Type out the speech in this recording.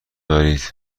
ببرید